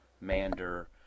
Mander